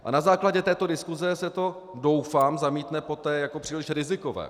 A na základě této diskuse se to, doufám, zamítne poté jako příliš rizikové.